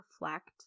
reflect